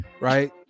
right